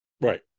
Right